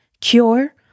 cure